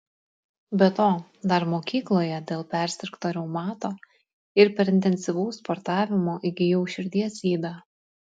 be to dar mokykloje dėl persirgto reumato ir per intensyvaus sportavimo įgijau širdies ydą